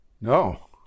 No